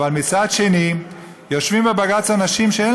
אבל מצד שני יושבים בבג"ץ אנשים שאין